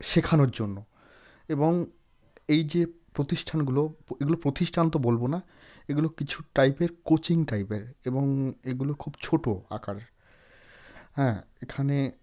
শেখানোর জন্য এবং এই যে প্রতিষ্ঠানগুলো এগুলো প্রতিষ্ঠান তো বলব না এগুলো কিছু টাইপের কোচিং টাইপের এবং এগুলো খুব ছোট আকার হ্যাঁ এখানে